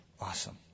Awesome